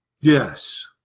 Yes